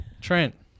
Trent